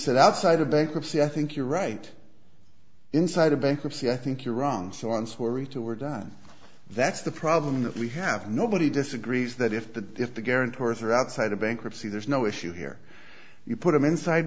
said outside of bankruptcy i think you're right inside a bankruptcy i think you're wrong so one story to we're done that's the problem that we have nobody disagrees that if the if the guarantor through outside of bankruptcy there's no issue here you put them inside